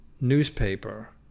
newspaper